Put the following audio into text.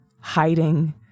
hiding